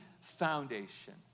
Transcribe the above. foundation